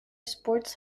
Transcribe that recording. sports